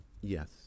Yes